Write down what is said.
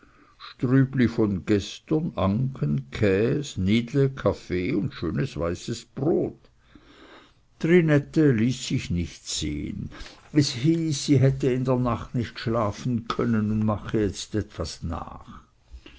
strübli von gestern anken käs nidle kaffee und schönes weißes brot trinette ließ sich nicht sehen es hieß sie hätte in der nacht nicht schlafen können und mache jetzt etwas nach